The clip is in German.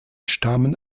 stammen